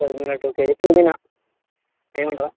కొత్తిమీర two KG పుదీన వేయమంటావా